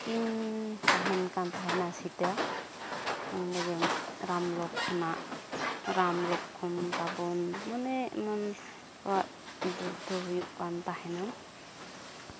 ᱠᱤᱱ ᱛᱟᱦᱮᱱᱠᱟᱱ ᱛᱟᱦᱮᱱᱟ ᱥᱤᱛᱟ ᱚᱸᱰᱮᱜᱮ ᱨᱟᱢ ᱞᱚᱠᱠᱷᱚᱱᱟᱜ ᱨᱟᱢ ᱞᱚᱠᱠᱷᱚᱱ ᱨᱟᱵᱚᱱ ᱢᱟᱱᱮ ᱮᱢᱚᱱ ᱠᱚᱣᱟᱜ ᱡᱩᱫᱽᱫᱷᱚ ᱦᱩᱭᱩᱜᱠᱟᱱ ᱛᱟᱦᱮᱱᱟ